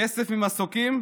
כסף ממסוקים,